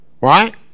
Right